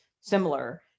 similar